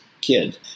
kid